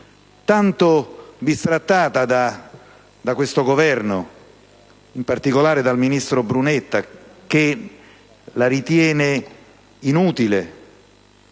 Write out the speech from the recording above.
(tanto bistrattata da questo Governo, in particolare dal ministro Brunetta, che la ritiene inutile)